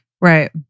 Right